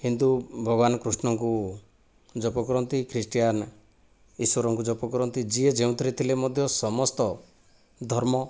ହିନ୍ଦୁ ଭଗବାନ କୃଷ୍ଣଙ୍କୁ ଜପ କରନ୍ତି ଖ୍ରୀଷ୍ଟିୟାନ ଈଶ୍ଵରଙ୍କୁ ଜପ କରନ୍ତି ଯିଏ ଯେଉଁଥିରେ ଥିଲେ ମଧ୍ୟ ସମସ୍ତ ଧର୍ମ